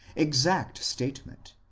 exact statement,